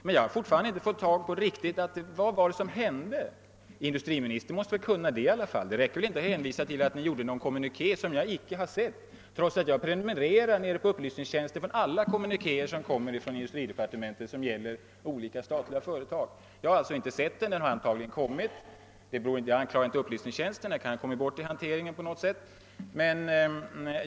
Men jag har fortfarande inte riktigt fått veta vad det var som hände. Industriministern måste väl känna till det i alla fall? Det räcker inte att hänvisa till att industridepartementet sände ut en kommuniké — som jag icke har sett, trots att jag hos iupplysningstjänsten prenumererar på alla kommunikéer som kommer från industridepartementet beträffande olika statliga företag. Antagligen finns denna kommuniké fastän jag inte har sett den; jag anklagar inte upplysningstjänsten för detta, ty den kan ju ha kommit bort i hanteringen.